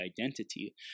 identity